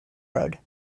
road